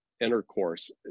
intercourse